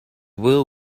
will